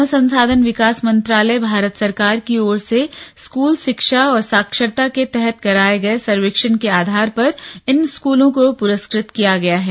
मानव संसाधन विकास मंत्रालय भारत सरकार की ओर से स्कूल शिक्षा और साक्षरता के तहत कराये गये सर्वेक्षण के आधार पर इन स्कूलों को पुरस्कृत किया गया है